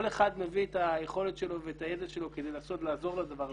כל אחד מביא את היכולת שלו ואת הידע שלו כדי לנסות לעזור לדבר הזה.